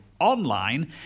online